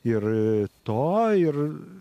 ir to ir